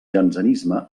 jansenisme